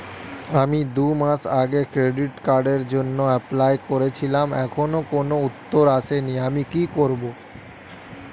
আমি দুমাস আগে ক্রেডিট কার্ডের জন্যে এপ্লাই করেছিলাম এখনো কোনো উত্তর আসেনি আমি কি করব?